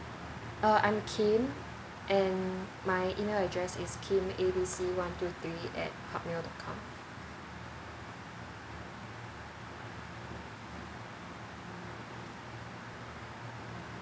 uh I'm kim and my email address is kim A B C one two three at hotmail dot com